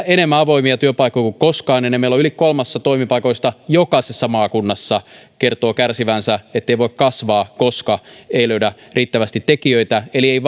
enemmän avoimia työpaikkoja kuin koskaan ennen meillä yli kolmasosa toimipaikoista jokaisessa maakunnassa kertoo kärsivänsä siitä ettei voi kasvaa koska ei löydä riittävästi tekijöitä eli